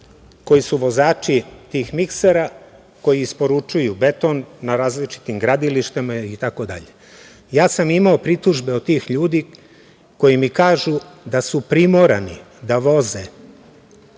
koji su vozači tih miksera koji isporučuju beton na različitim gradilištima itd. Ja sam imao pritužbe od tih ljudi, koji mi kažu da su primorani da voze